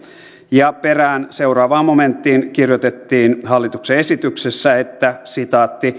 ja perään seuraavaan momenttiin kirjoitettiin hallituksen esityksessä että